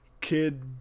Kid